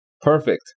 perfect